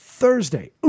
thursday